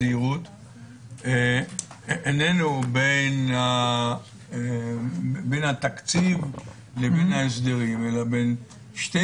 אינו בין התקציב להסדרים אלא בין שתי